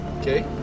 Okay